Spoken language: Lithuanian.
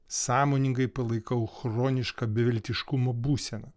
sąmoningai palaikau chronišką beviltiškumo būseną